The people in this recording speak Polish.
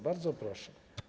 Bardzo proszę.